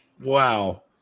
Wow